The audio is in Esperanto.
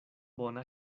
bona